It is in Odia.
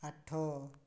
ଆଠ